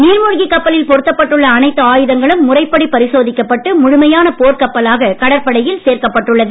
நீர் மூழ்கி கப்பலில் பொருத்தப்பட்டுள்ள அனைத்து ஆயுதங்களும் முறைப்படி பரிசோதிக்கப்பட்டு முழுமையான போர் கப்பலாக கடற்படையில் சேர்க்கப்பட்டுள்ளது